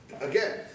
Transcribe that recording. Again